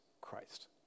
Christ